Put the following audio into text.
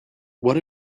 what